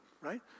right